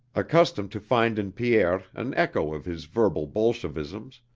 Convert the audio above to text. accustomed to find in pierre an echo of his verbal bolshevisms,